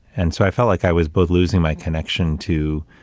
and so, i felt like i was both losing my connection to,